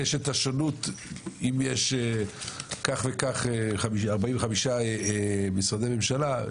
יש את השונות: אם יש 45 משרדי ממשלה,